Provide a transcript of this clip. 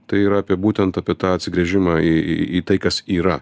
tai yra apie būtent apie tą atsigręžimą į į į tai kas yra